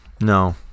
No